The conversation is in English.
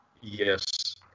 Yes